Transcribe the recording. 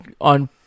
on